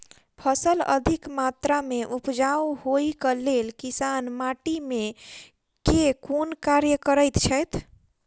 फसल अधिक मात्रा मे उपजाउ होइक लेल किसान माटि मे केँ कुन कार्य करैत छैथ?